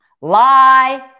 Lie